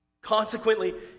Consequently